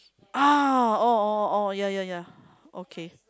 ah oh oh oh oh ya ya ya okay